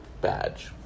badge